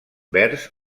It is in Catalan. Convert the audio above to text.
vers